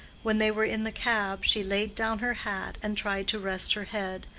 when they were in the cab, she laid down her hat and tried to rest her head,